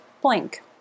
blank